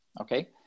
Okay